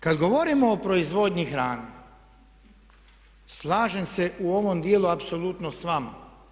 Kad govorimo o proizvodnji hrane slažem se u ovom djelu apsolutno s vama.